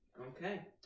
Okay